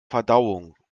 verdauung